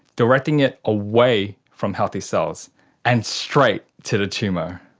directing it away from healthy cells and straight to the tumour.